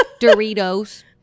Doritos